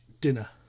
dinner